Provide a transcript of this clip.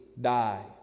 die